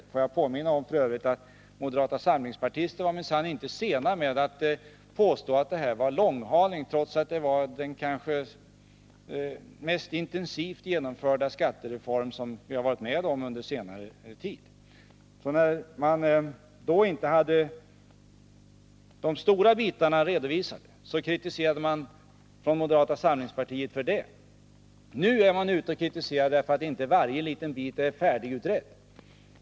F. ö. vill jag påminna om att företrädare för moderata samlingspartiet minsann inte var sena att påstå att detta var långhalning, trots att detta är den kanske mest intensivt genomförda skattereform som vi har varit med om under senare tid. När de stora bitarna ännu inte var redovisade kritiserade moderata samlingspartiets företrädare oss för det — nu kritiseras vi för att inte varje liten bit är färdigutredd.